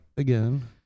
Again